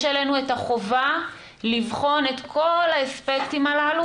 עלינו את החובה לבחון את כל האספקטים הללו,